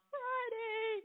Friday